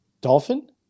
dolphin